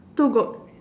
two goat